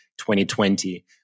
2020